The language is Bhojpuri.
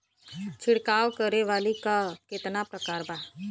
छिड़काव करे वाली क कितना प्रकार बा?